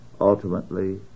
ultimately